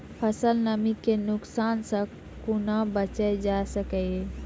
फसलक नमी के नुकसान सॅ कुना बचैल जाय सकै ये?